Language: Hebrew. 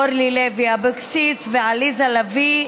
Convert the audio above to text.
אורלי לוי אבקסיס ועליזה לביא,